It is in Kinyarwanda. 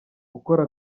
ukora